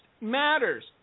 matters